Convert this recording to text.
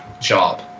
job